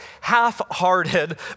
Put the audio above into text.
half-hearted